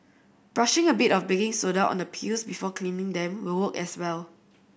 brushing a bit of baking soda on the peels before cleaning them will work as well